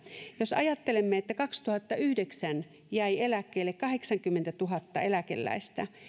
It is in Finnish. jos ajattelemme niin kaksituhattayhdeksän jäi eläkkeelle kahdeksankymmentätuhatta eläkeläistä